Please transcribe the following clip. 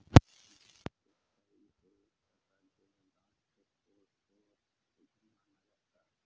भारत के कई पूर्वोत्तर राज्यों में बांस के फूल को अपशगुन माना जाता है